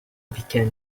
began